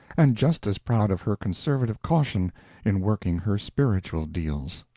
and just as proud of her conservative caution in working her spiritual deals.